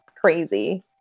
crazy